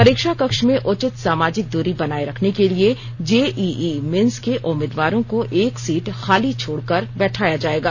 परीक्षा कक्ष में उचित सामाजिक दूरी बनाए रखने के लिए जेईई मेन्स के उम्मीदवारों को एक सीट खाली छोड़कर बैठाया जाएगा